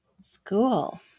School